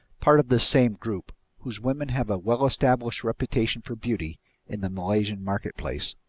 part of this same group, whose women have a well-established reputation for beauty in the malaysian marketplace.